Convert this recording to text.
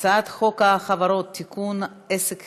הצעת חוק המהנדסים והאדריכלים (תיקון מס' 10)